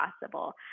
possible